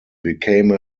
became